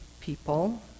people